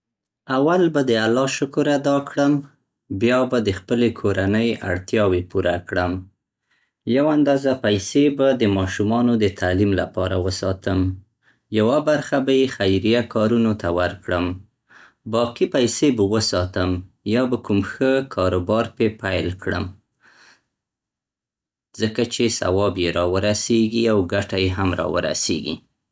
اول به د الله شکر ادا کړم. بیا به د خپلې کورنۍ اړتیاوې پوره کړم. یو اندازه پیسې به د ماشومانو د تعلیم لپاره وساتم. یوه برخه به یې خیریه کارونو ته ورکړم. باقي پیسې به وساتم یا به کوم ښه کاروبار پې پیل کړم ځکه چې ثواب يې راورسېږي او ګټه يې هم راورسېږي.